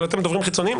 אבל אתם דוברים חיצוניים,